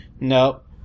Nope